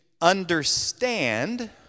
understand